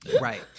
Right